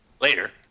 Later